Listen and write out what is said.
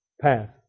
path